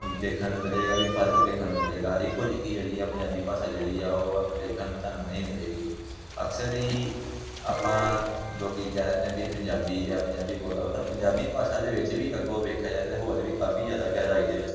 ਦੇਖਣ ਨੂੰ ਮਿਲੇਗਾ ਵੀ ਫਰਕ ਵੇਖਣ ਨੂੰ ਮਿਲੇਗਾ ਇੱਕੋ ਜਿੱਕੀ ਜਿਹੜੀ ਹੈ ਪੰਜਾਬੀ ਭਾਸ਼ਾ ਜਿਹੜੀ ਆ ਉਹ ਦੇਖਣ ਨੂੰ ਤੁਹਾਨੂੰ ਨਹੀਂ ਮਿਲੇਗੀ ਅਕਸਰ ਹੀ ਆਪਾਂ ਲੋਕ ਕਹਿ ਦਿੰਦੇ ਵੀ ਪੰਜਾਬੀ ਪੰਜਾਬੀ ਬੋਲਦਾ ਵਾ ਪਰ ਪੰਜਾਬੀ ਭਾਸ਼ਾ ਦੇ ਵਿੱਚ ਵੀ ਅੱਗੋਂ ਵੇਖਿਆ ਜਾਏ ਹੋਰ ਵੀ ਕਾਫੀ ਜ਼ਿਆਦਾ ਗਹਿਰਾਈ ਦੇ ਵਿੱਚ